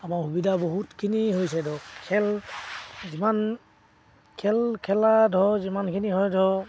আমাৰ সুবিধা বহুতখিনি হৈছে ধৰক খেল যিমান খেল খেলা ধৰ যিমানখিনি হয় ধৰক